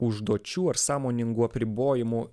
užduočių ar sąmoningų apribojimų